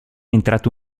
entrato